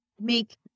Make